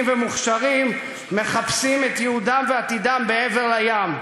ומוכשרים מחפשים את ייעודם ועתידם מעבר לים.